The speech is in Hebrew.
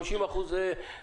50% יהיו כאלה.